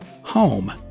Home